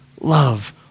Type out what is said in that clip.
love